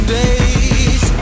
days